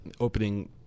opening